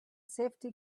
safety